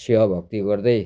सेवा भक्ति गर्दै